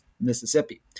Mississippi